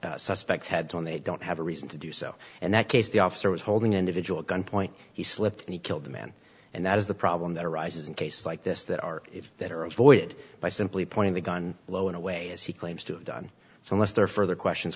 suspects heads when they don't have a reason to do so in that case the officer was holding individual gunpoint he slipped and he killed the man and that is the problem that arises in cases like this that are that are avoided by simply pointing the gun lho in a way as he claims to have done so mr further questions